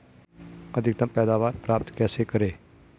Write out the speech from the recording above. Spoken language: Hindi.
अधिकतम पैदावार प्राप्त कैसे करें?